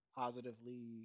positively